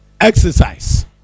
exercise